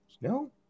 No